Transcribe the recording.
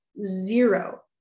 zero